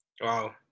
wow